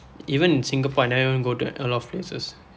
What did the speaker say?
even in Singapore I never even go to a lot of places